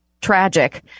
tragic